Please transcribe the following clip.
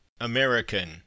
American